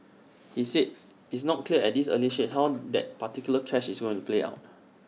he said it's not clear at this early stage how that particular clash is going to play out